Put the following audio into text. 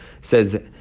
says